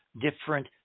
different